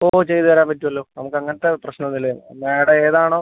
ഓ ചെയ്തുതരാൻ പറ്റുവല്ലോ നമുക്ക് അങ്ങനെത്തെ പ്രശ്നമൊന്നുമില്ല മാഡം ഏതാണോ